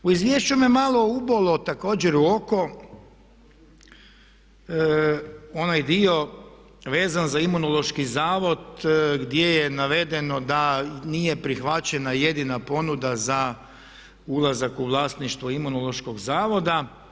U izvješću me malo ubolo također u oko onaj dio vezan za Imunološki zavod gdje je navedeno da nije prihvaćena jedina ponuda za ulazak u vlasništvo Imunološkog zavoda.